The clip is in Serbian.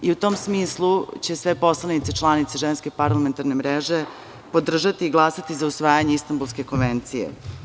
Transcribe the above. U tom smislu, sve poslanice članice Ženske parlamentarne mreže će podržati i glasati za usvajanje Istanbulske konvencije.